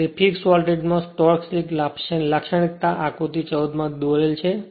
તેથી ફિક્સ વોલ્ટેજમાં torque slip લાક્ષણિકતા આકૃતિ 14 માં દોરેલ છે